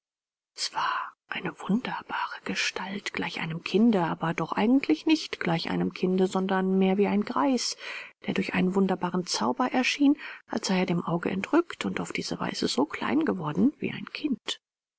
war eine wunderbare gestalt gleich einem kinde aber doch eigentlich nicht gleich einem kinde sondern mehr wie ein greis der durch einen wunderbaren zauber erschien als sei er dem auge entrückt und auf diese weise so klein geworden wie ein kind